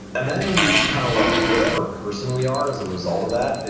and then we kind of like whatever person we are as a result of that,